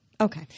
Okay